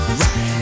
right